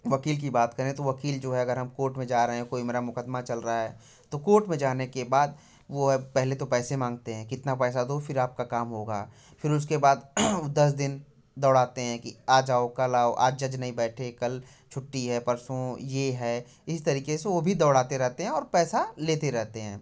वकील की बात करें तो वकील जो है अगर हम कोट में जा रहे हैं कोई मेरा मुकदमा चल रहा है तो कोट में जाने के बाद वह पहले तो पैसे मांगते है कितना पैसा दो फिर आपका होगा फिर उसके बाद वो दस दिन दौड़ाते हैं कि आज आओ कल आओ आज जज नहीं बैठे कल छुट्टी है परसों ये है इस तरीके से वो भी दौड़ाते रहते हैं और पैसा लेते रहते हैं